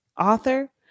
author